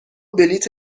بلیط